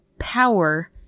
power